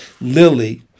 Lily